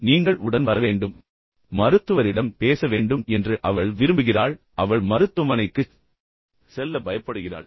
பின்னர் நீங்கள் உடன் வர வேண்டும் பின்னர் மருத்துவரிடம் பேச வேண்டும் என்று அவள் விரும்புகிறாள் அவள் மருத்துவமனைக்குச் செல்ல பயப்படுகிறாள்